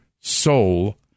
soul